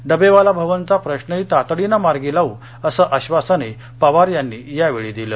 डबेवाला भवनचा प्रश्नही तातडीनं मार्गी लाऊ असं आश्वासनही पवार यांनी यावेळी दिलं